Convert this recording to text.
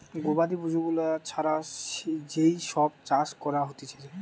গবাদি পশু গুলা ছাড়া যেই সব চাষ করা হতিছে